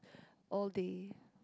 all day